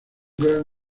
gran